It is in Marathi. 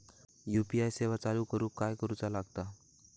यू.पी.आय सेवा चालू करूक काय करूचा लागता?